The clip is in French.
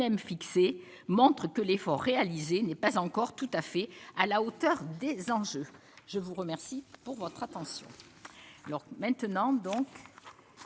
fixé, montre que l'effort réalisé n'est pas encore tout à fait à la hauteur des enjeux, je vous remercie pour votre attention